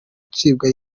acibwa